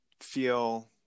feel